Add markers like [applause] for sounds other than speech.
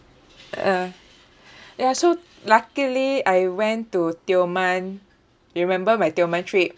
uh [breath] ya so luckily I went to tioman you remember my tioman trip